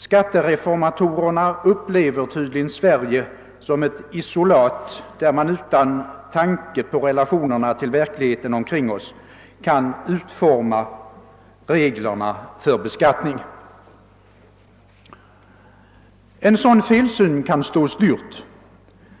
Skattereformatorerna upplever tydligen Sverige som ett isolat, där man utan tanke på relationerna till verkligheten omkring oss kan utforma reglerna för beskattning. En sådan felsyn kan stå oss dyrt.